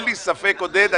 אין לי ספק, עודד.